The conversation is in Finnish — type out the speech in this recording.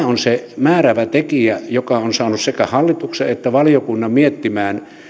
on se määräävä tekijä joka on saanut sekä hallituksen että valiokunnan miettimään